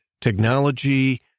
technology